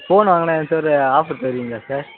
phone வாங்கினா ஏதாச்சும் ஒரு ஆஃபர் தருவீங்களா சார்